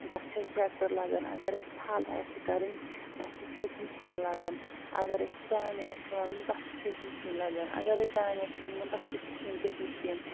تتھ چھُ اسہِ ٹرٛیکٹر لگان اگر اسہِ تھل آسہِ کرٕنۍ تتھ تہِ چھِ أسۍ مشیٖن لاگان اگر اسہِ دانہِ آسہِ لونُن تتھ تہِ چھِ أسۍ مشیٖن لاگان اگر اسہِ دانہِ آسہِ چھۄمبُن تتھ تہِ چھِ أسۍ ؤنکیٚس مشیٖن